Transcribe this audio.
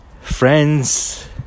Friends